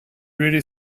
really